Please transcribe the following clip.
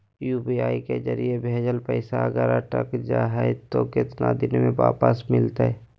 UPI के जरिए भजेल पैसा अगर अटक जा है तो कितना दिन में वापस मिलते?